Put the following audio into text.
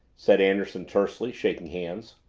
said anderson tersely, shaking hands.